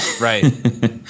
Right